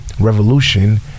revolution